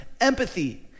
empathy